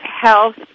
health